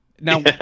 Now